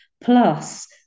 Plus